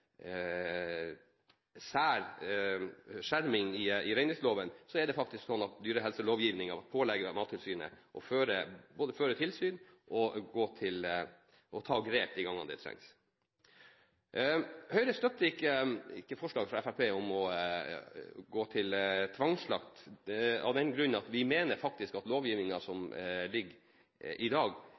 gitt skjerming i reindriftsloven, er det faktisk slik at dyrehelselovgivningen pålegger Mattilsynet både å føre tilsyn og å ta grep når det trengs. Høyre støtter ikke forslaget fra Fremskrittspartiet om å gå til tvangsslakt, fordi vi mener at den lovgivningen som ligger til grunn i dag,